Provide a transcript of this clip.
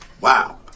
Wow